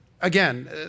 again